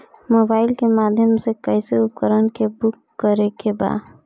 Mobile के माध्यम से कैसे उपकरण के बुक करेके बा?